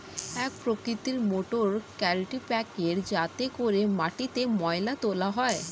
এক প্রকৃতির মোটর কাল্টিপ্যাকের যাতে করে মাটিতে ময়লা তোলা হয়